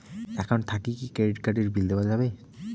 Account থাকি কি credit card এর বিল দেওয়া যাবে?